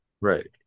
Right